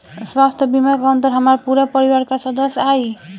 स्वास्थ्य बीमा के अंदर हमार पूरा परिवार का सदस्य आई?